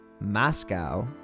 moscow